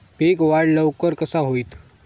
पीक वाढ लवकर कसा होईत?